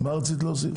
מה רצית להוסיף?